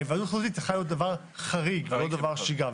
ההיוועדות החזותית צריכה להיות דבר חריג ולא דבר שהוא בשגרה.